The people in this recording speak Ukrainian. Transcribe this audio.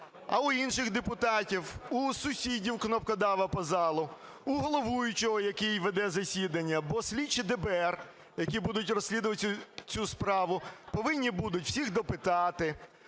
і в інших депутатів, у сусідів кнопкодава по залу, у головуючого, який веде засідання, бо слідчі ДБР, які будуть розслідувати цю справу, повинні будуть всіх допитати,